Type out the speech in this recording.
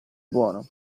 buono